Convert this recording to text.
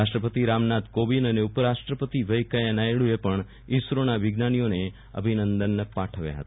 રાષ્ટ્રપતિ રામનાથ કોવિન્દ અને ઉપરાષ્ટ્રપતિ વૈકૈયાહ નાયડુએ પણ ઈસરોના વિજ્ઞાનીઓને અભિનંદન પાઠવ્યા હતા